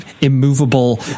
immovable